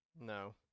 No